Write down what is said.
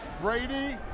Brady